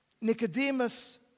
Nicodemus